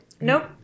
Nope